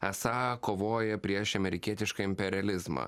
esą kovoja prieš amerikietišką imperializmą